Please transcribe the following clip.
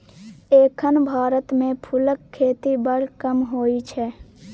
एखन भारत मे फुलक खेती बड़ कम होइ छै